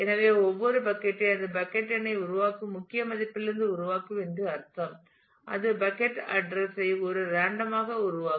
எனவே ஒவ்வொரு பக்கட் யும் அது பக்கட் எண்ணை உருவாக்கும் முக்கிய மதிப்பிலிருந்து உருவாக்கும் என்று அர்த்தம் அது பக்கட் அட்ரஸ் ஐ ஒரு ரேண்டம் ஆக உருவாக்கும்